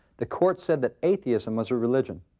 the courts said that atheism was a religion.